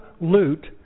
loot